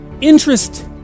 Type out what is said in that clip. Interest